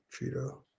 Cheeto